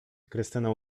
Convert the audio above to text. krystyna